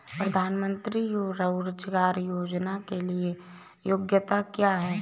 प्रधानमंत्री रोज़गार योजना के लिए योग्यता क्या है?